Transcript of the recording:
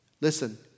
Listen